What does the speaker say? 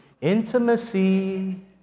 Intimacy